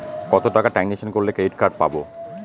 কত টাকা ট্রানজেকশন করলে ক্রেডিট কার্ড পাবো?